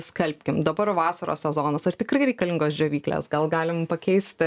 skalbkim dabar vasaros sezonas ar tikrai reikalingos džiovyklės gal galim pakeisti